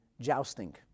jousting